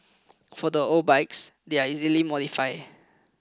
for the old bikes they're easily modify